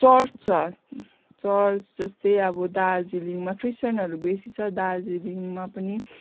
church छ church जस्तै अब दार्जिलिङमा क्रिस्चियनहरू बेसी छ दार्जिलिङमा पनि